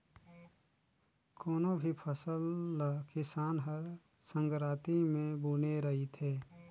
कोनो भी फसल ल किसान हर संघराती मे बूने रहथे